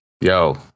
Yo